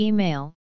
Email